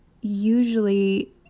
usually